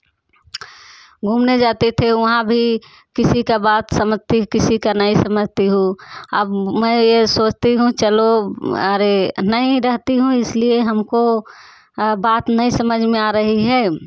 घूमने जाते थे वहाँ भी किसी का बात समझती किसी का नहीं समझती हूँ अब मैं यह सोचती हूँ चलो अरे नहीं रहती हूँ इसलिए हमको बात नहीं समझ में आ रही है